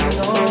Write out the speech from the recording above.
no